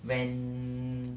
when